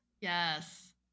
yes